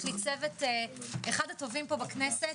יש לי צוות אחד הטובים בכנסת.